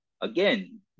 again